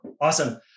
Awesome